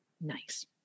Nice